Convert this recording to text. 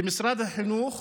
למשרד החינוך